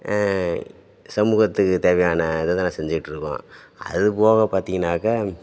சமூகத்துக்கு தேவையான இதை தான் நாங்கள் செஞ்சுட்ருக்கோம் அது போக பார்த்திங்கன்னாக்க